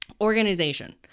Organization